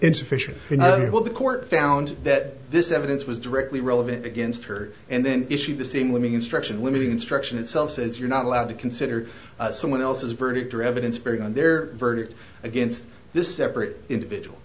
insufficient until the court found that this evidence was directly relevant against her and then issued the same living instruction limiting instruction itself says you're not allowed to consider someone else's verdict or evidence very on their verdict against this separate individual